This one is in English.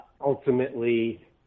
ultimately